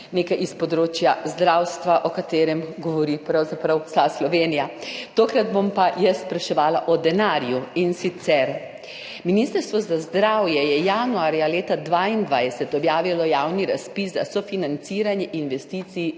nekaj s področja zdravstva, o katerem govori pravzaprav vsa Slovenija. Tokrat bom pa spraševala o denarju. In sicer, Ministrstvo za zdravje je januarja leta 2022 objavilo javni razpis za sofinanciranje investicij